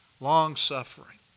long-suffering